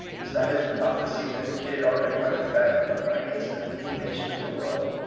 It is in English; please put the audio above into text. is not his prophecy vindicated already by the fact that the mightiest and leading nation of the world,